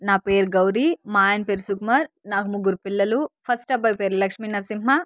నా పేరు గౌరీ మా ఆయన పేరు సుకుమార్ నాకు ముగ్గురు పిల్లలు ఫస్ట్ అబ్బాయి పేరు లక్ష్మి నరసింహ